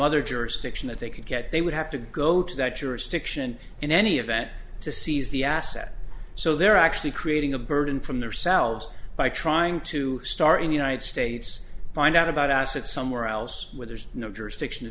other jurisdiction that they could get they would have to go to that jurisdiction in any event to seize the asset so they're actually creating a burden from their selves by trying to star in the united states find out about assets somewhere else where there's no jurisdiction to